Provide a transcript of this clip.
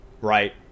right